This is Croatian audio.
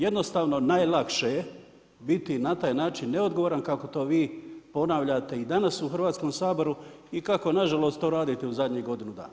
Jednostavno najlakše je biti na taj način neodgovoran kako to vi ponavljate i danas u Hrvatskom saboru i kako na žalost to radite u zadnjih godinu dana.